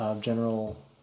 General